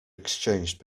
exchanged